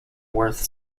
worth